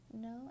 No